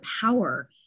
power